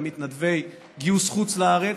גם מתנדבי גיוס חוץ-לארץ,